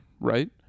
right